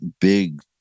big